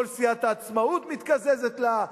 כל סיעת העצמאות מתקזזת לה,